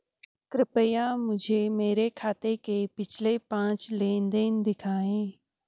कृपया मुझे मेरे खाते के पिछले पांच लेन देन दिखाएं